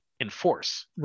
enforce